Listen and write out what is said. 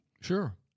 Sure